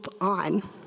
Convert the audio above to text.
on